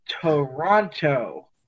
toronto